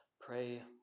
pray